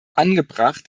angebracht